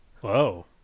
Whoa